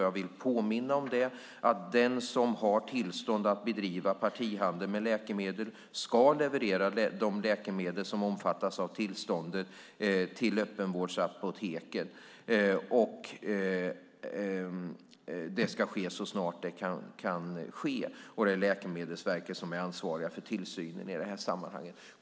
Jag vill påminna om att den som har tillstånd att bedriva partihandel med läkemedel ska leverera de läkemedel som omfattas av tillståndet till öppenvårdsapoteken. Det ska ske så snart som möjligt, och det är Läkemedelsverket som ansvarar för tillsynen.